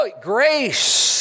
grace